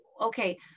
okay